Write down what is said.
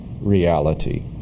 reality